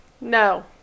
No